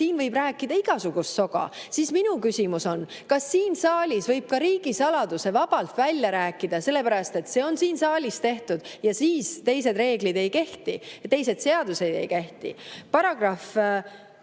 siin võib rääkida igasugust soga. Minu küsimus on, kas siin saalis võib ka riigisaladuse vabalt välja rääkida, sellepärast et see on siin saalis tehtud ja siis teised reeglid ja teised seadused ei kehti. § 18 ...